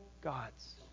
God's